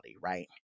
right